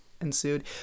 ensued